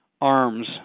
arms